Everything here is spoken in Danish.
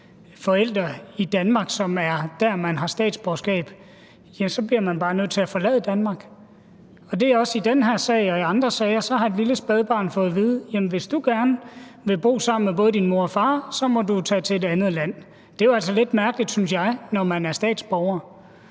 det er i Danmark, man har statsborgerskab – ja, så bliver man bare nødt til at forlade Danmark. Og det er også i den her sag og i andre sager sådan, at så har et lille spædbarn fået at vide: Jamen hvis du gerne vil bo sammen med både din mor og far, må du tage til et andet land. Det er jo altså lidt mærkeligt, synes jeg, når man er statsborger.